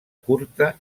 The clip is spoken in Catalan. curta